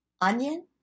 Onion